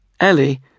Ellie